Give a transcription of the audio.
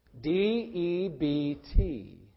D-E-B-T